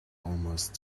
almost